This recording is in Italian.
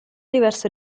diverse